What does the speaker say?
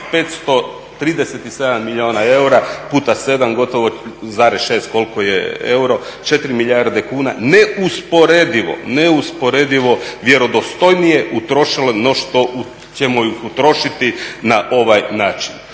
537 milijuna eura puta 7, gotovo, zarez 6, koliko je euro, 4 milijarde kuna, neusporedivo vjerodostojnije utrošile no što ćemo ih utrošiti na ovaj način.